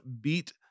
beat